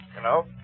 Hello